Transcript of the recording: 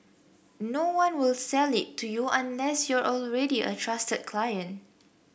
no one will sell it to you unless you're already a trusted client